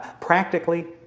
practically